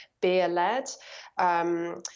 beer-led